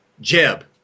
Jeb